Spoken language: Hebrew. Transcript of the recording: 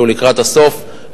אפילו לקראת הסוף,